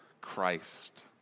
Christ